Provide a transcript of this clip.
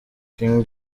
king